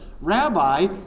Rabbi